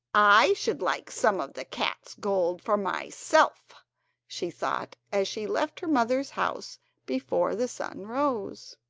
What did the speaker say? i should like some of the cats gold for myself she thought, as she left her mother's house before the sun rose.